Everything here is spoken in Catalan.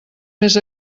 més